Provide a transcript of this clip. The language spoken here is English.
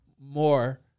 more